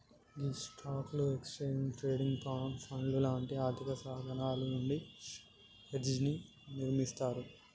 గీ స్టాక్లు, exchange traded పండ్లు లాంటి ఆర్థిక సాధనాలు నుండి హెడ్జ్ ని నిర్మిస్తారు